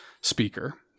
speaker